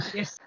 Yes